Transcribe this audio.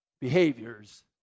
behaviors